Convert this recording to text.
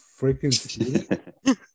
freaking